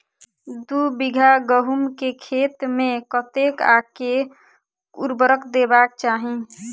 दु बीघा गहूम केँ खेत मे कतेक आ केँ उर्वरक देबाक चाहि?